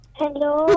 hello